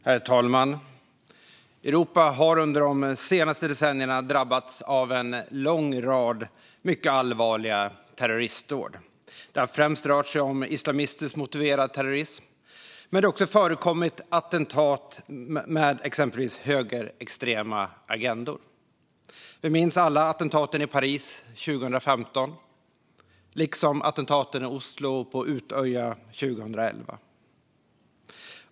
Herr talman! Europa har under de senaste decennierna drabbats av en lång rad mycket allvarliga terroristdåd. Det har främst rört sig om islamistisk motiverad terrorism, men det har också förekommit attentat med exempelvis högerextrema agendor. Vi minns alla attentaten i Paris 2015 liksom attentaten i Oslo och på Utøya 2011.